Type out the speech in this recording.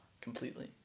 completely